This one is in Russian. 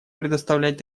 предоставлять